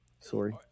sorry